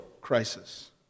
crisis